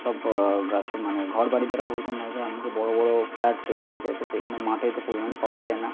সব মানে ঘর বাড়ি দ্বারা পরিপূর্ণ হয়ে যায় এমনকি বড় বড় ফ্ল্যাট তৈরি হয়ে যায় তো সেখানে মাঠের তো পরিমাণ পাওয়াই যায় না